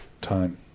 time